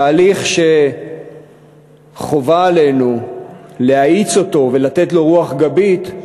תהליך שחובה עלינו להאיץ אותו ולתת לו רוח גבית,